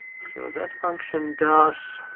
so that function does.